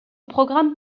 programme